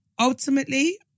ultimately